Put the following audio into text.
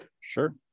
Sure